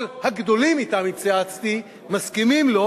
כל הגדולים שאתם התייעצתי מסכימים לו,